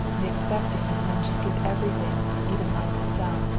the expecting that men should give everything, even life itself,